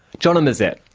jonna mazet,